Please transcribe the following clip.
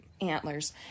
antlers